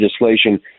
legislation